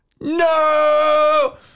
No